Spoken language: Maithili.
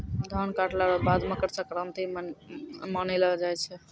धान काटला रो बाद मकरसंक्रान्ती मानैलो जाय छै